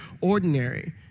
ordinary